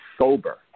sober